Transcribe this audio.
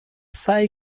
سعی